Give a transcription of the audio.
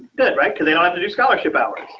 good right because they don't have to do scholarship hours.